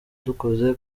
dukoze